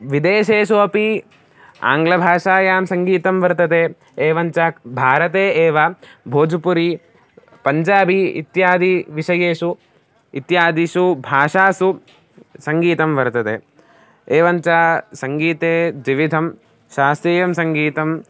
विदेशेषु अपि आङ्ग्लभाषायां सङ्गीतं वर्तते एवञ्च भारते एव भोजपुरी पञ्जाबी इत्यादिविषयेषु इत्यादिषु भाषासु सङ्गीतं वर्तते एवञ्च सङ्गीते द्विविधं शास्त्रीयं सङ्गीतं